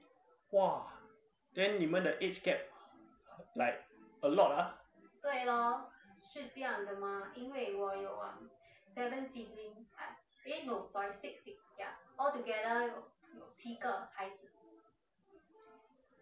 !wah! then 你们 the age gap like a lot ah